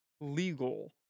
legal